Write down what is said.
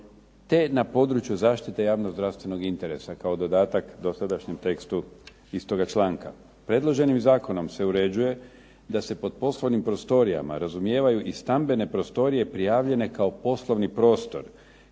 te na području zaštite javnog zdravstvenog interesa kao dodatak dosadašnjem tekstu istoga članka. Predloženim zakonom se uređuje da se pod poslovnim prostorijama razumijevaju i stambene prostorije prijavljene kao poslovni prostor